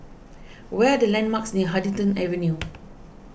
what are the landmarks near Huddington Avenue